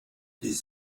des